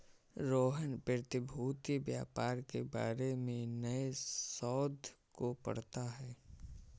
रोहन प्रतिभूति व्यापार के बारे में नए शोध को पढ़ता है